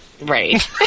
Right